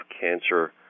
cancer